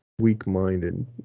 weak-minded